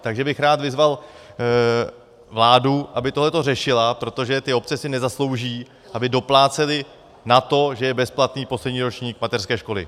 Takže bych rád vyzval vládu, aby toto řešila, protože ty obce si nezaslouží, aby doplácely na to, že je bezplatný poslední ročník mateřské školy.